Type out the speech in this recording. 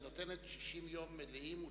היא נותנת 60 יום מלאים ותמימים.